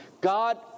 God